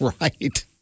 Right